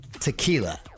Tequila